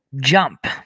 jump